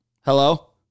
Hello